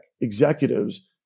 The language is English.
executives